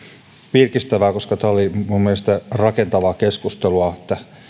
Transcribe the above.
virkistävää koska tämä oli minun mielestäni rakentavaa keskustelua